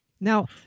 Now